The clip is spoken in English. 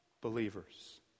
believers